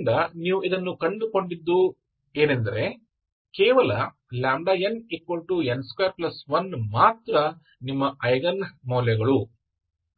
ಆದ್ದರಿಂದ ನೀವು ಇದನ್ನು ಕಂಡುಕೊಂಡಿದ್ದು ಏನೆಂದರೆ ಕೇವಲ nn21 ಮಾತ್ರ ನಿಮ್ಮ ಐಗನ್ ಮೌಲ್ಯಗಳು